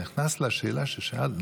אני נכנס לשאלה ששאלת,